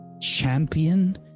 Champion